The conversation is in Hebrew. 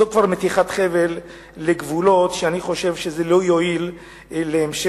זאת כבר מתיחת חבל לגבולות שאני חושב שלא יועילו להמשך